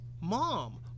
Mom